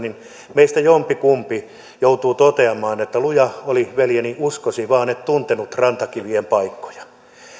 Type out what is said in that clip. meistä jompikumpi joutuu toteamaan että luja oli veljeni uskosi vaan et tuntenut rantakivien paikkoja